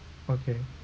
okay